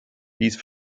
dies